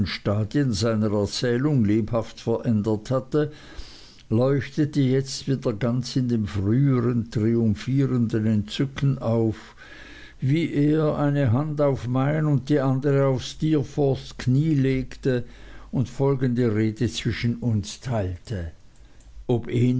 stadien seiner erzählung lebhaft verändert hatte leuchtete jetzt wieder ganz in dem früheren triumphierenden entzücken auf wie er eine hand auf mein und die andere auf steerforths knie legte und folgende rede zwischen uns teilte